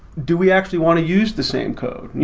do we actually want to use the same code?